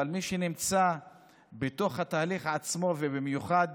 אבל מי שנמצא בתוך התהליך עצמו, ובמיוחד